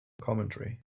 commentary